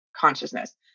consciousness